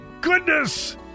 goodness